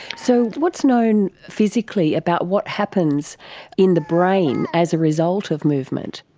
so what's known physically about what happens in the brain as a result of movement?